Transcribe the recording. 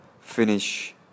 finish